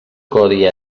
codi